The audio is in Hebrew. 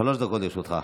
שלוש דקות לרשותך.